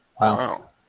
Wow